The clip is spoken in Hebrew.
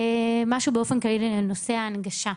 משהו באופן כללי לנושא ההנגשה.